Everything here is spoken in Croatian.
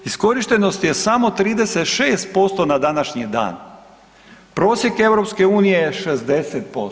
Iskorištenost je samo 36% na današnji dan, prosjek EU je 60%